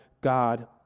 God